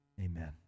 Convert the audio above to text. Amen